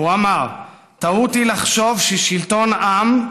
והוא אמר: טעות היא לחשוב ששלטון עם,